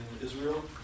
Israel